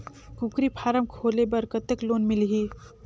कूकरी फारम खोले बर कतेक लोन मिलही?